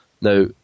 Now